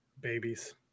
Babies